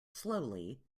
slowly